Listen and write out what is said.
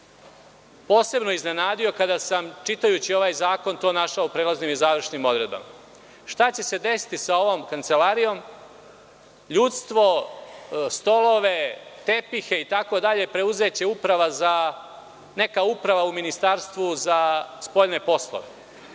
se iznenadio kada sam, čitajući ovaj zakon, to našao u prelaznim i završnim odredbama. Šta će se desiti sa ovom Kancelarijom, ljudstvo, stolovi, tepisima, preuzeće uprava, odnosno neka uprava u Ministarstvu za spoljne poslove. Danas